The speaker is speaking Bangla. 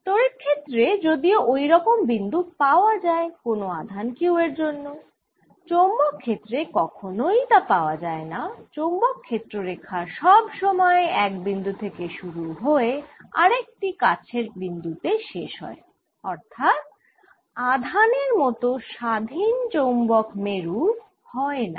তড়িৎ ক্ষেত্রে যদিও ওই রকম বিন্দু পাওয়া যায় কোন আধান q এর জন্য চৌম্বক ক্ষেত্রে কখনোই তা পাওয়া যায় না চৌম্বক ক্ষেত্র রেখা সব সময়ই এক বিন্দু তে শুরু হয়ে আরেক কাছের বিন্দু তে শেষ হয় অর্থাৎ আধানের মত স্বাধীন চৌম্বক মেরু হয় না